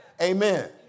Amen